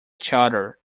charter